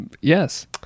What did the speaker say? Yes